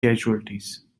casualties